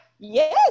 Yes